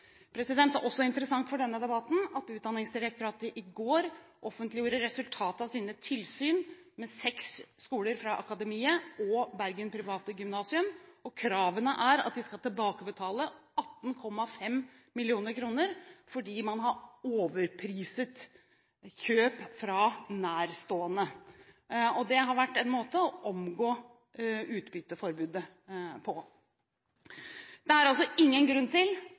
offentliggjorde resultatet av sine tilsyn med seks av Akademiet-skolene og Bergen Private Gymnas. Kravet er at de skal tilbakebetale 18,5 mill. kr, fordi man har betalt overpris på tjenester fra nærstående selskaper. Det har vært en måte å omgå utbytteforbudet på. Det er altså ingen grunn til